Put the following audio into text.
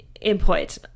input